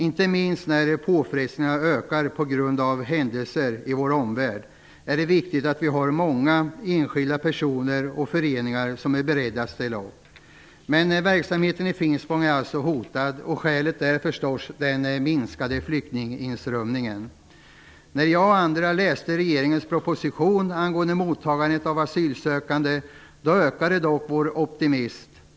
Inte minst när påfrestningarna ökar på grund av händelser i vår omvärld är det viktigt att vi har många enskilda personer och föreningar som är beredda att ställa upp. Verksamheten i Finspång är alltså hotad. Skälet är förstås den minskade flyktinginströmningen. När jag och andra läste regeringens proposition angående mottagandet av asylsökande ökade dock vår optimism.